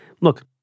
look